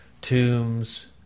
Tombs